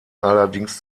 allerdings